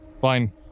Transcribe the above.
Fine